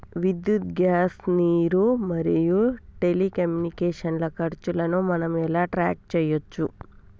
విద్యుత్ గ్యాస్ నీరు మరియు టెలికమ్యూనికేషన్ల ఖర్చులను మనం ఎలా ట్రాక్ చేయచ్చు?